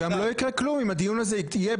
גם לא יקרה כלום אם הדיון הזה יהיה